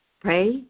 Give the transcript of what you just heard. pray